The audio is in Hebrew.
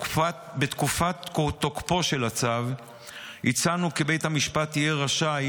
בתקופת תוקפו של הצו הצענו כי בית המשפט יהיה רשאי